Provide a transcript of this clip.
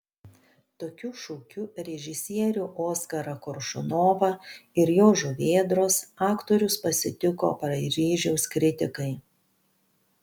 tokiu šūkiu režisierių oskarą koršunovą ir jo žuvėdros aktorius pasitiko paryžiaus kritikai